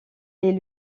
est